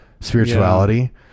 spirituality